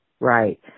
right